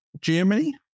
Germany